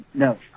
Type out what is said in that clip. No